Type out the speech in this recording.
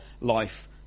life